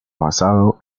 basado